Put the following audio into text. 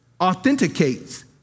authenticates